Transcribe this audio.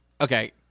okay